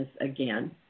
again